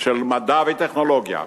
של מדע וטכנולוגיה,